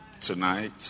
Tonight